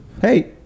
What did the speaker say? hey